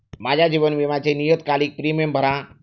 माझ्या जीवन विम्याचे नियतकालिक प्रीमियम भरा